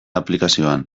aplikazioan